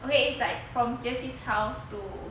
okay it's like from jie qi's house to